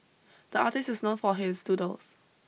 the artist is known for his doodles